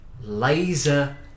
laser